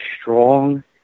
strong